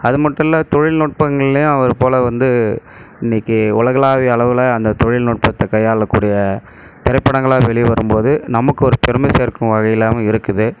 அதுமட்டுமில்ல தொழிநுட்பங்கள்லையும் அவர் போல வந்து இன்றைக்கு உலகளாவிய அளவில் அந்த தொழில்நுட்பத்தைக் கையாளக்கூடிய திரைப்படங்களாக வெளிவரும்போது நமக்கு ஒரு பெருமை சேர்க்கும் வகையிலாகவும் இருக்குது